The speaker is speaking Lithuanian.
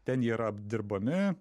ten jie yra apdirbami